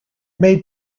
made